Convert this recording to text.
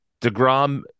Degrom